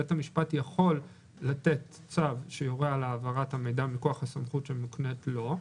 בית המשפט יכול לתת צו שיורה על העברת המידע מכוח הסמכות שמוקנית לו.